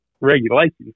regulations